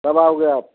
कब आओगे आप